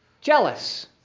jealous